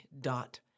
dot